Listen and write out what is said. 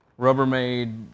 Rubbermaid